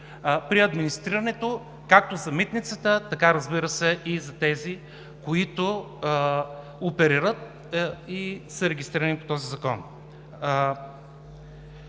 при администрирането както за Митницата, така, разбира се, и за тези, които оперират и са регистрирани по този Закон.